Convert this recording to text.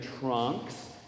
trunks